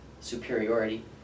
superiority